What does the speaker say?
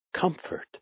comfort